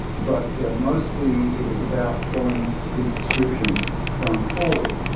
but mostly it was about selling these subscriptions going forward.